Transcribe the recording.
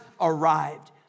arrived